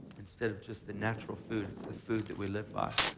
instead of just the natural food, it's the food that we live by,